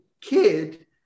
kid